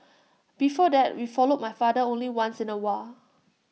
before that we followed my father only once in A while